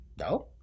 No